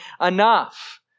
enough